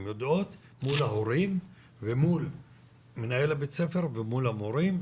הן עובדות מול ההורים ומול מנהל בית הספר ומול המורים,